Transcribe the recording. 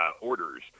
orders